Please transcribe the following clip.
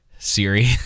siri